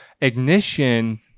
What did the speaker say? ignition